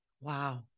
Wow